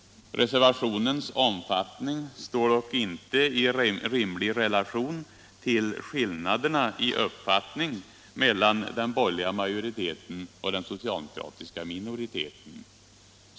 Reservationens omfattning står dock inte i rimlig relation till skillnaderna i uppfattning mellan den borgerliga majoriteten och den socialdemokratiska minoriteten.